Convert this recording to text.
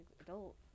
adult